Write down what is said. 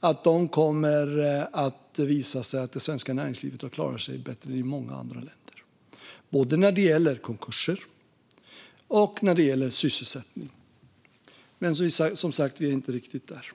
har klarat sig bättre än näringslivet i många andra länder, när det gäller både konkurser och sysselsättning. Men, som sagt, vi är inte riktigt där.